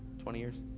twenty years?